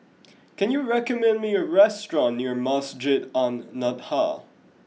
can you recommend me a restaurant near Masjid An Nahdhah